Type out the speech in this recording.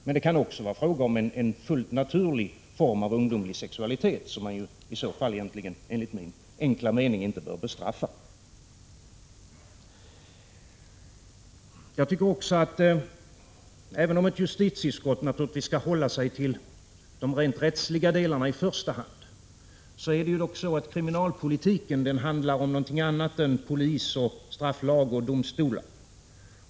Men det kan också vara frågan om en fullt naturlig form av ungdomlig sexualitet, som man i så fall, enligt min enkla mening, inte bör bestraffa. Även om ett justitieutskott naturligtvis i första hand, skall hålla sig till de rent rättsliga delarna handlar ju kriminalpolitiken om annat än polis, strafflagar och domstolar.